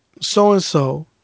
so-and-so